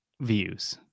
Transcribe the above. views